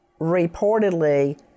Reportedly